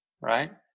right